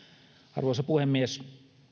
arvoisa puhemies